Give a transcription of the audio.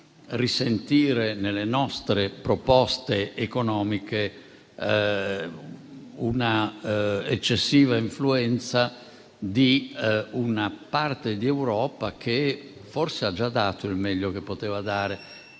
risentire, nelle nostre proposte economiche, di un'eccessiva influenza di una parte di Europa che forse ha già dato il meglio che poteva dare.